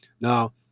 Now